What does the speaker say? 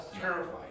terrified